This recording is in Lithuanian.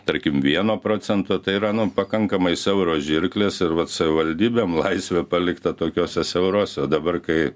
tarkim vieno procento tai yra nu pakankamai siauros žirklės ir vat savivaldybėm laisvė palikta tokiose siaurose o dabar kai